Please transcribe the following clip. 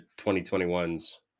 2021's